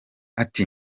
ati